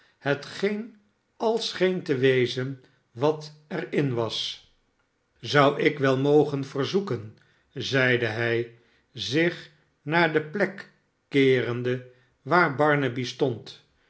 hetgeen al scheen te wezen wat er in was a zou ik wel mogen verzoeken zeide hij zich naar de plek keerende waar barnaby stond